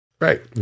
Right